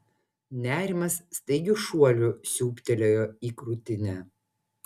nerimas staigiu šuoliu siūbtelėjo į krūtinę